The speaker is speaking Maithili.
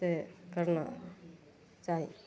से करना चाही